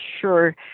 sure